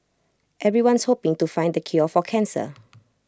everyone's hoping to find the cure for cancer